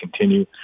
continue